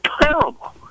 terrible